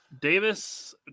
Davis